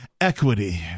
equity